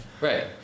Right